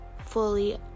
fully